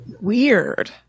Weird